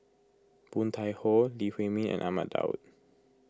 Woon Tai Ho Lee Huei Min and Ahmad Daud